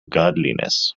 godliness